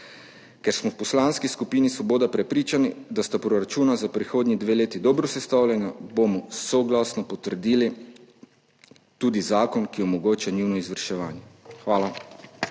ker smo v Poslanski skupini Svoboda prepričani, da sta proračuna za prihodnji dve leti dobro sestavljena, bomo soglasno potrdili tudi zakon, ki omogoča njuno izvrševanje. Hvala.